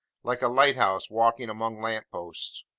like a light-house walking among lamp-posts.